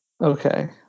Okay